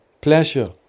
pleasure